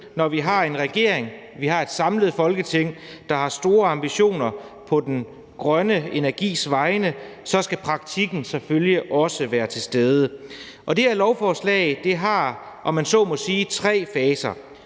når vi har en regering og vi har et samlet Folketing, der har store ambitioner med den grønne energi, så skal praktikken selvfølgelig også være til stede. Det her lovforslag har, om man så må sige, tre faser: